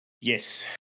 Yes